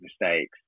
mistakes